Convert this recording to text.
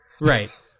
Right